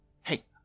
Hey